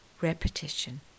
Repetition